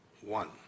one